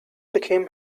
became